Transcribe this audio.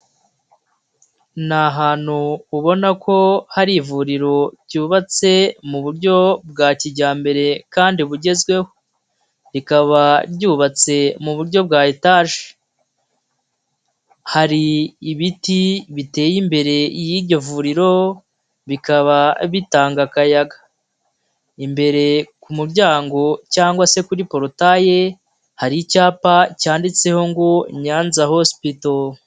Ni ahantu ubona ko hari ivuriro ryubatse mu buryo bwa kijyambere kandi bugezweho, rikaba ryubatse mu buryo bwa etaje, hari ibiti biteye imbere y'iryo vuriro bikaba bitanga akayaga, imbere ku muryango cyangwa se kuri porotaye hari icyapa cyanditseho ngo Nyanza hospito.